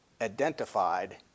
identified